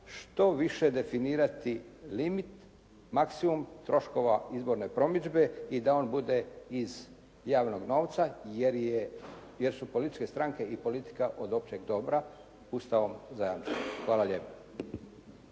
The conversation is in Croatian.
što više definirati limit, maksimum troškova izborne promidžbe i da on bude iz javnog novca, jer su političke stranke i politika od općeg dobra Ustavom zajamčena. Hvala lijepa.